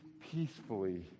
peacefully